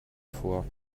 vor